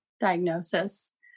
diagnosis